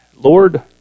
Lord